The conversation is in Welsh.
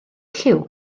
lliw